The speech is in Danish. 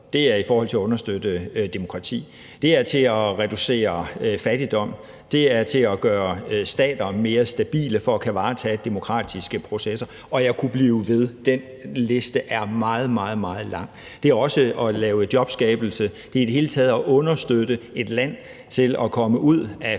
det er i forhold til at understøtte demokrati, at reducere fattigdom, at gøre stater mere stabile for at kunne varetage demokratiske processer, og jeg kunne blive ved, for den liste er meget, meget lang. Det er også i forhold til at lave jobskabelse og i det hele taget at understøtte et land til at komme ud af fattigdom